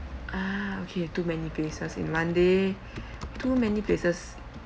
ah okay too many places in one day too many places